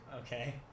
Okay